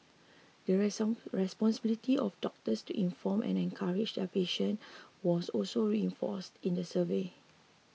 the responsibility of doctors to inform and encourage their patients was also reinforced in the survey